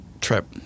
trip